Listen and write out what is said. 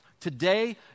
Today